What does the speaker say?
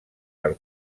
per